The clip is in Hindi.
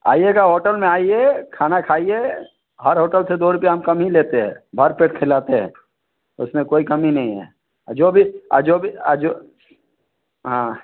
आइएगा होटल में आइए खाना खाइए हर होटल से दो रुपिया हम कम ही लेते है भर पेट खिलाते हैं उसमें कोई कमी नहीं है जो भी जो भी जो हाँ